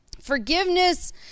Forgiveness